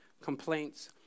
complaints